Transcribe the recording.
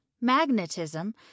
magnetism